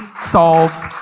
solves